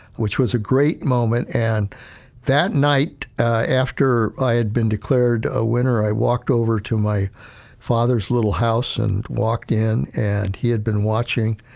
which was a great moment. and that night, after i had been declared a winner, i walked over to my father's little house and walked in, and he had been watching,